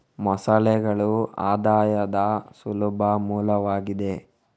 ಮೊಸಳೆಗಳು ಆದಾಯದ ಸುಲಭ ಮೂಲವಾಗಿದೆ